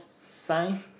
sign